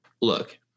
look